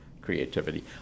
creativity